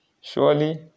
Surely